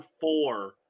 four